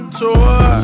tour